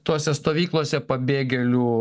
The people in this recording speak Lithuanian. tose stovyklose pabėgėlių